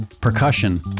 percussion